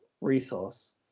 resource